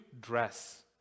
dress